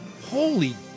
Holy